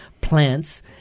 plants